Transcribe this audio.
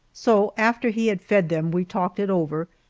so after he had fed them we talked it over,